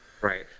Right